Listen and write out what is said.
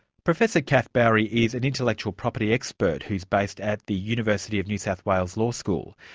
professor kath bowrey is an intellectual property expert who's based at the university of new south wales law school.